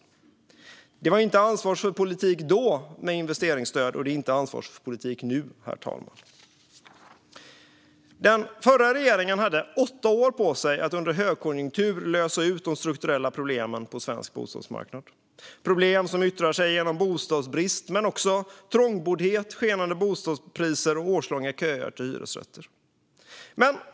Investeringsstöd var inte ansvarsfull politik då, och det är inte ansvarsfull politik nu, herr talman. Den förra regeringen hade åtta år på sig att under högkonjunktur lösa de strukturella problemen på svensk bostadsmarknad. Det är problem som yttrar sig genom bostadsbrist, trångboddhet, skenande bostadspriser och årslånga köer till hyresrätter.